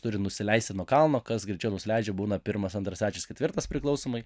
turi nusileisti nuo kalno kas greičiau nusileidžia būna pirmas antras trečias ketvirtas priklausomai